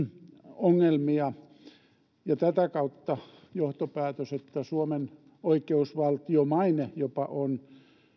ja tätä kautta johtopäätös on että jopa suomen oikeusvaltiomaine on